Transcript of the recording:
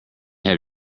have